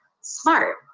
smart